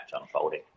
unfolding